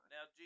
Now